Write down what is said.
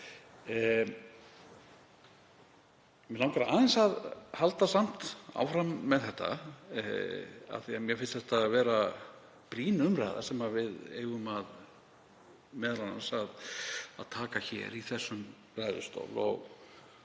mig langar aðeins að halda áfram með þetta, af því að mér finnst þetta vera brýn umræða sem við eigum m.a. að taka hér í þessum ræðustól, og